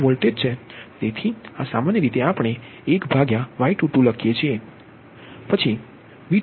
તેથી આ સામાન્ય રીતે આપણે 1Y22 લખીએ છીએ પછી V2 માટે